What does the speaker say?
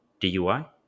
DUI